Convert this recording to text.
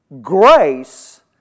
Grace